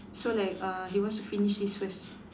so like uh he wants to finish this first